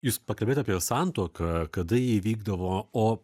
jūs pakalbėjot apie santuoką kada įvykdavo o